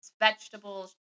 vegetables